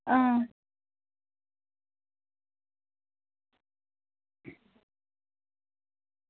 आं